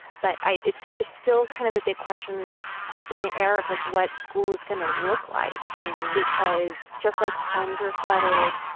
but i it's it's still kind of a big question up in the air of, like, what school is going to look like because just like homes were flooded,